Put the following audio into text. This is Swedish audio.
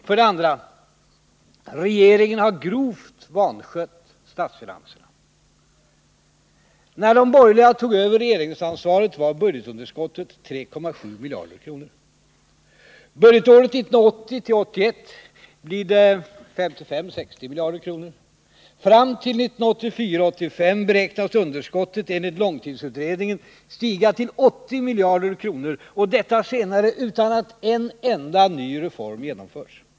För det andra: Regeringen har grovt vanskött statsfinanserna. När de borgerliga tog över regeringsansvaret hade vi ett budgetunderskott på 3,7 miljarder kronor. För budgetåret 1980/81 ligger det på 55-60 miljarder kronor. Fram till 1984-1985 beräknas underskottet enligt långtidsutredningen stiga till 80 miljarder kronor, och detta senare utan att en enda ny reform genomförs.